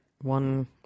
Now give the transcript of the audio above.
One